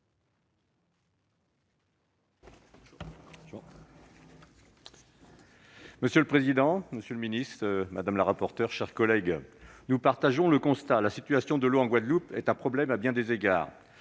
Monsieur le président, monsieur le ministre, mes chers collègues, nous partageons le constat : la situation de l'eau en Guadeloupe est un problème à bien des égards-